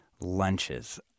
lunches